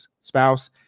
spouse